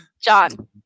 John